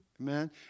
Amen